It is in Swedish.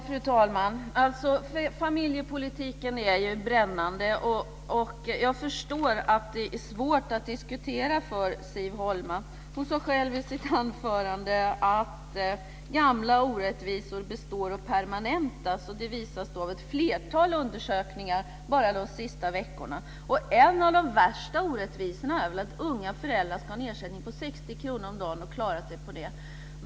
Fru talman! Familjepolitiken är ju ett brännande område, och jag förstår att det är svårt för Siv Holma att diskutera. Hon sade själv i sitt anförande att gamla orättvisor består och permanentas. Detta visas av ett flertal undersökningar bara de senaste veckorna. En av de värsta orättvisorna är väl att unga föräldrar ska klara sig på en ersättning om 60 kr om dagen.